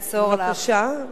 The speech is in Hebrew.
חבר הכנסת כץ,